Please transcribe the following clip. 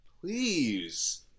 Please